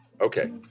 Okay